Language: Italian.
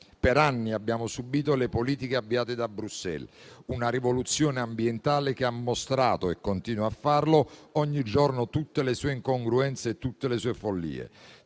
Per anni abbiamo subito le politiche avviate da Bruxelles, una rivoluzione ambientale che ha mostrato - e continua a farlo ogni giorno - tutte le sue incongruenze e tutte le sue follie.